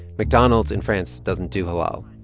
mcdonald's in france doesn't do halal.